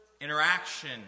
interaction